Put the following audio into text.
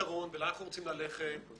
היו אמורים להיות עוד כמה דברים.